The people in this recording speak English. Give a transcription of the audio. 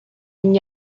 and